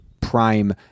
prime